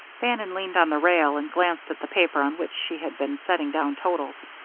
bannon leaned on the rail and glanced at the paper on which she had been setting down totals.